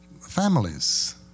families